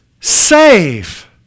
save